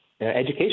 education